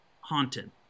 haunted